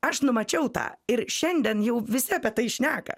aš numačiau tą ir šiandien jau visi apie tai šneka